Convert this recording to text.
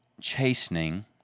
chastening